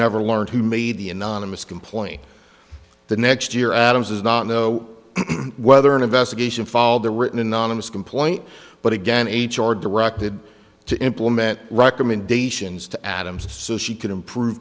never learned who made the anonymous complaint the next year adams does not know whether an investigation follow the written anonymous complaint but again h r directed to implement recommendations to adams so she can improve